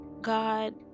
God